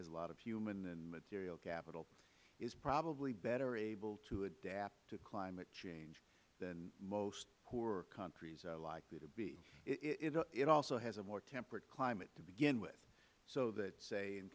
has a lot of human and material capital is probably better able to adapt to climate change than most poorer countries are likely to be it also has a more temperate climate to begin with so that say in